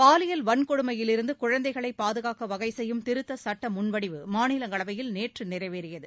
பாலியல் வன்கொடுமையிலிருந்து குழந்தைகளை பாதுகாக்க வகைசெய்யும் திருத்தச் சுட்ட முன்வடிவு மாநிலங்களவையில் நேற்று நிறைவேறியது